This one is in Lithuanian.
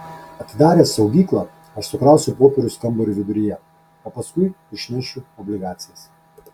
atidaręs saugyklą aš sukrausiu popierius kambario viduryje o paskui išnešiu obligacijas